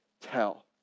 tell